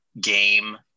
game